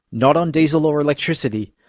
not on diesel or electricity,